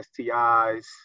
stis